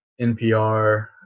NPR